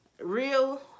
real